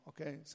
okay